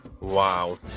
Wow